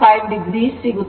5 o ಸಿಗುತ್ತದೆ